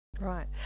Right